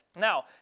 Now